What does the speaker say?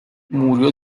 murió